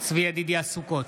צבי ידידיה סוכות,